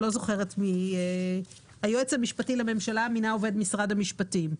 נניח היועץ המשפטי לממשלה מינה עובד משרד המשפטים.